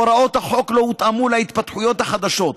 הוראות החוק לא הותאמו להתפתחויות החדשות.